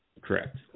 Correct